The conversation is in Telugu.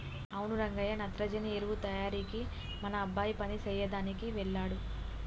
అవును రంగయ్య నత్రజని ఎరువు తయారీకి మన అబ్బాయి పని సెయ్యదనికి వెళ్ళాడు